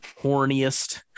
horniest